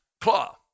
claw